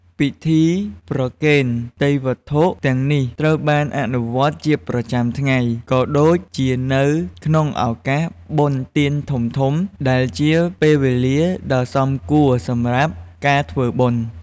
ពិធីប្រគេនទេយ្យវត្ថុទាំងនេះ ត្រូវបានអនុវត្តជាប្រចាំថ្ងៃ ក៏ដូចជានៅក្នុងឱកាសបុណ្យទានធំៗ ដែលជាពេលវេលាដ៏សមគួរសម្រាប់ការធ្វើបុណ្យ។